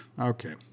Okay